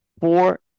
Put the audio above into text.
four